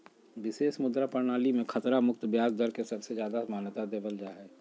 विशेष मुद्रा प्रणाली मे खतरा मुक्त ब्याज दर के सबसे ज्यादा मान्यता देवल जा हय